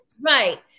Right